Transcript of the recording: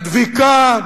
הדביקה,